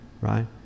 Right